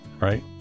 right